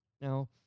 Now